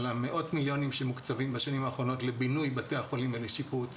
על מאות המיליונים שמוקצבים בשנים האחרונות לבינוי בתי החולים ולשיפוץ